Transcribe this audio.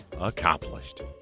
accomplished